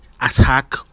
attack